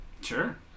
Sure